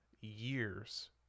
years